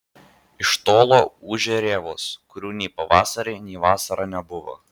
iš tolo ūžia rėvos kurių nei pavasarį nei vasarą nebuvo